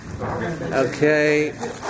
Okay